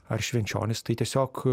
ar švenčionys tai tiesiog